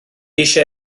eisiau